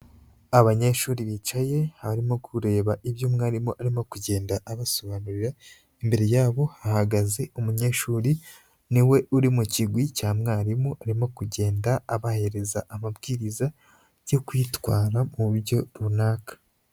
Abanyeshuri bicaye barimo kureba ibyo mwarimu arimo kugenda abasobanurira, imbere yabo hahagaze umunyeshuri, ni we uri mu kigwi cya mwarimu, arimo kugenda abahereza amabwiriza yo kwitwara mu buryo runaka.